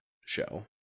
show